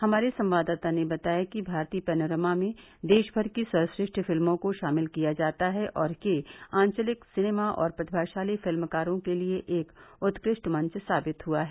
हमारे संवददाता ने बताया कि भारतीय पैनोरमा में देशभर की सर्वश्रेष्ठ फिल्मों को शामिल किया जाता है और ये आंचलिक सिनेमा और प्रतिभाशाली फिल्मकारों के लिए एक उत्कृष्ट मंच साबित हुआ है